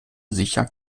sicher